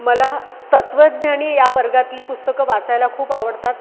मला तत्वज्ञान या वर्गातली पुस्तकं वाचायला खूप आवडतात